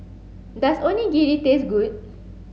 does Onigiri taste good